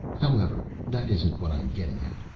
however, that isn't what i'm getting at.